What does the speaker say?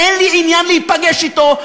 אין לי עניין להיפגש אתו,